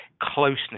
closeness